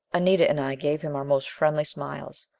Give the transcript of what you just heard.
anita and i gave him our most friendly smiles.